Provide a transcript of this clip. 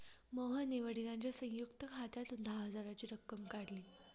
मोहनने वडिलांच्या संयुक्त खात्यातून दहा हजाराची रक्कम काढली